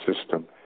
system